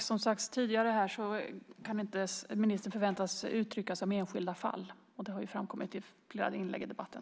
Som sagts tidigare här kan ministern inte förväntas uttala sig om enskilda fall. Det har framkommit i flera inlägg i debatten.